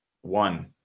One